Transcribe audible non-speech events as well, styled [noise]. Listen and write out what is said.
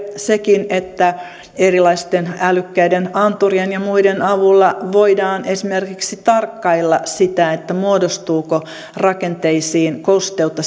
sekin että erilaisten älykkäiden anturien ja muiden avulla voidaan esimerkiksi tarkkailla sitä muodostuuko rakenteisiin kosteutta [unintelligible]